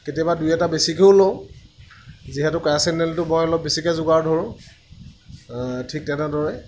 কেতিয়াবা দুই এটা বেছিকৈও লওঁ যিহেতু কেৰাচিন তেলটো মই অলপ বেছিকৈ যোগাৰ ধৰোঁ ঠিক তেনেদৰে